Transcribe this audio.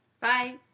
Bye